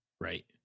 Right